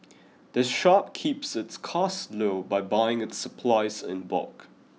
the shop keeps its costs low by buying its supplies in bulk